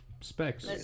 Specs